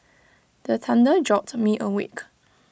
the thunder jolt me awake